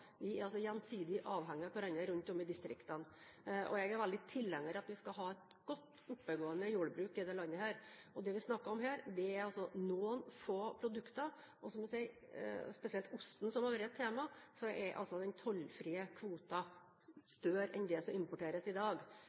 jeg er veldig tilhenger av at vi skal ha et godt, oppegående jordbruk i dette landet. Det vi snakker om her, er altså noen få produkter. Det er spesielt osten som har vært et tema, men den tollfrie kvoten er altså større enn det som importeres i dag.